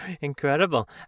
Incredible